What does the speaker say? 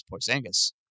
Porzingis